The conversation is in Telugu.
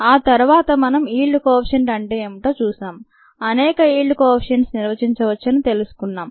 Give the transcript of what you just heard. ఆ తర్వాత మనం ఈల్డ్ కోఎఫిషెంట్ అంటే ఏమిటో చూశాం అనేక ఈల్డ్ కోఎఫిషెంట్స్ నిర్వచించవచ్చని తెలుసుకున్నాం